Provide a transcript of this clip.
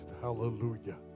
hallelujah